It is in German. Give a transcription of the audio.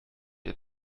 ihr